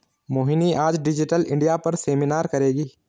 मोहिनी आज digital India पर seminar करेगी